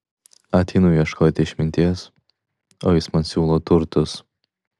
ateinu ieškoti išminties o jis man siūlo turtus